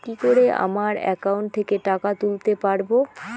কি করে আমার একাউন্ট থেকে টাকা তুলতে পারব?